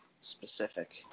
specific